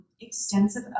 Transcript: extensive